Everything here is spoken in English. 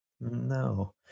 no